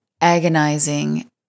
agonizing